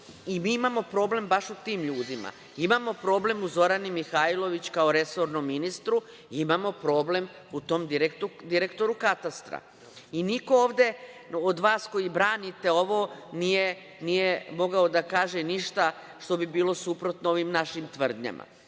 Mi imamo problem baš u tim ljudima. Imamo problem u Zorani Mihajlović kao resornom ministru, imamo problem u tom direktoru katastra. Niko ovde od vas koji branite ovo nije mogao da kaže ništa što bi bilo suprotno ovim našim tvrdnjama.